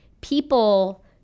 people –